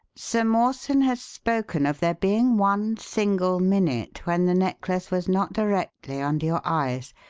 sir mawson has spoken of there being one single minute when the necklace was not directly under your eyes.